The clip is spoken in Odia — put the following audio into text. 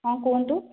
ହଁ କୁହନ୍ତୁ